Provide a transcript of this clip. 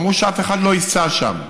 אמרו שאף אחד לא ייסע שם,